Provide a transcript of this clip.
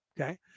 Okay